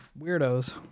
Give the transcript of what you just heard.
weirdos